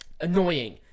annoying